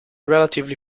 relatively